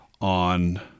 on